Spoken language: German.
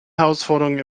herausforderung